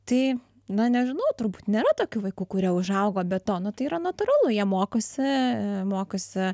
tai na nežinau turbūt nėra tokių vaikų kurie užaugo be to nu tai yra natūralu jie mokosi mokosi